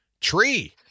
tree